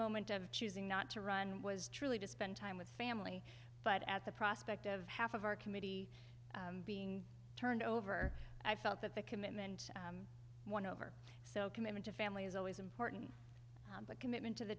moment of choosing not to run was truly to spend time with family but at the prospect of half of our committee being turned over i felt that that commitment won over so commitment to family is always important but commitment to the